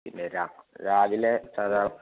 പിന്നെ രാവിലെ സാധാ